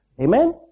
Amen